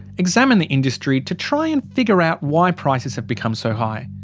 examined the industry to try and figure out why prices have become so high.